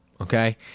Okay